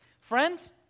Friends